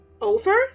Over